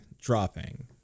dropping